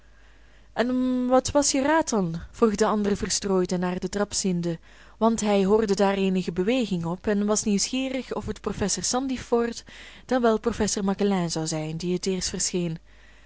en wat was je raad dan vroeg de ander verstrooid en naar de trap ziende want hij hoorde daar eenige beweging op en was nieuwsgierig of het prof sandifort dan wel prof macquelin zou zijn die het eerst verscheen